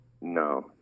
No